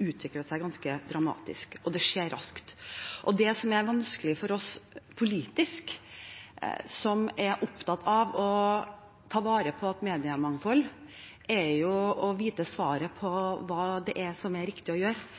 utvikler seg ganske dramatisk, og det skjer raskt. Det som er vanskelig for oss politisk, som er opptatt av å ta vare på et mediemangfold, er å vite svaret på hva som er riktig å gjøre.